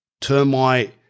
termite